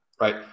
Right